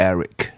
Eric